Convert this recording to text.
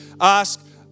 ask